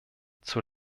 zur